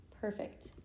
Perfect